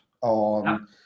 on